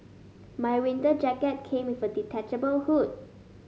my winter jacket came with a detachable hood